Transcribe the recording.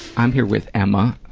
i'm here with emma,